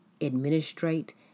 administrate